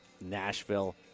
Nashville